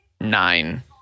nine